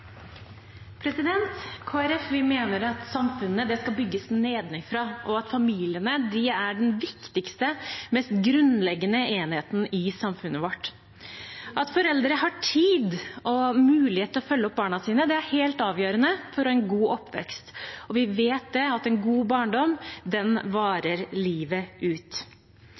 den viktigste, mest grunnleggende enheten i samfunnet vårt. At foreldre har tid og mulighet til å følge opp barna sine, er helt avgjørende for en god oppvekst. Vi vet at en god barndom varer livet ut.